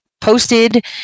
posted